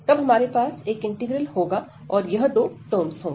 तब हमारे पास एक इंटीग्रल होगा और यह दो टर्म्स होंगी